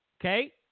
Okay